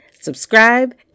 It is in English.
subscribe